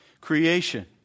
creation